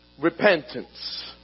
repentance